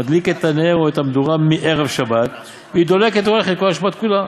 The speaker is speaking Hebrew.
ומדליקין את הנר או את המדורה מערב והיא דולקת והולכת כל השבת כולה.